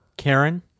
Karen